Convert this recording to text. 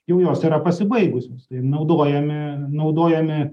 jau jos yra pasibaigusios tai naudojame naudojami